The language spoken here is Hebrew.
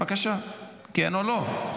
בבקשה, כן או לא?